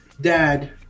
dad